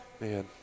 Man